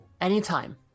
anytime